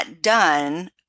done